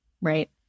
right